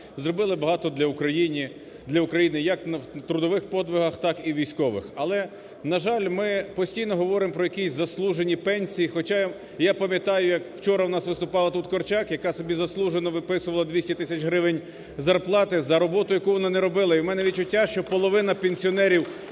зробили багато для України як в трудових подвигах, так і у військових. Але, на жаль, ми постійно говоримо про якісь заслужені пенсії, хоча я пам'ятаю, як вчора у нас виступала тут Корчак, яка собі заслужено виписувала 200 тисяч гривень зарплати за роботу, яку вона не робила. І у мене відчуття, що половина пенсіонерів